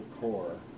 core